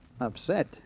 upset